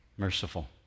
Merciful